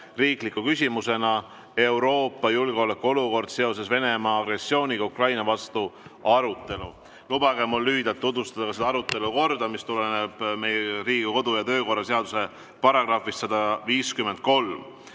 riikliku küsimuse "Euroopa julgeolekuolukord seoses Venemaa agressiooniga Ukraina vastu" arutelu. Lubage mul lühidalt tutvustada selle arutelu korda, mis tuleneb Riigikogu kodu‑ ja töökorra seaduse §‑st 153.